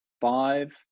five